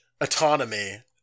autonomy